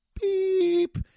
beep